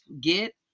get